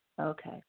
Okay